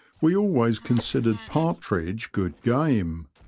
we always considered partridge good game,